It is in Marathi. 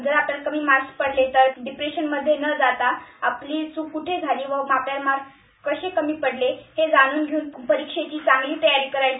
जर आपल्याला कमी मार्क्स पडले तर डिप्रेशनमधे न जाता आपली चूक कुठे झाली आपल्याला मार्क्स कसे कमी पडले हे जाणून घेऊन परीक्षेची चांगली तयारी करायची